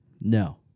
No